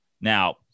Now